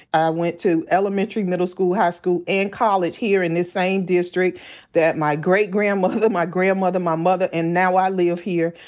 i went to elementary, middle school, high school, and college here in the same district that my great-grandmother, my grandmother, my mother, and now i live here.